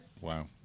Wow